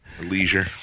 leisure